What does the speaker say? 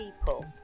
people